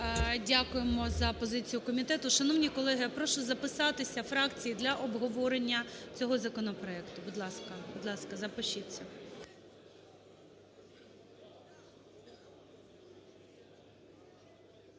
Дякуємо за позицію комітету. Шановні колеги, я прошу записатися фракцій для обговорення цього законопроекту, будь ласка. Будь ласка, запишіться.